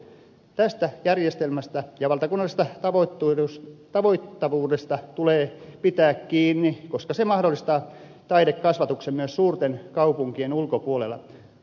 tästä järjestelmästä ja valtakunnallisesta tavoittavuudesta tulee pitää kiinni koska se mahdollistaa taidekasvatuksen myös suurten kaupunkien ulkopuolella